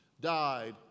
died